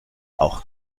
auch